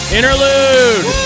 Interlude